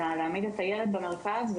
אלא להעמיד את הילד במרכז,